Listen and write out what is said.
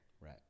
Right